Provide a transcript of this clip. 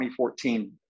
2014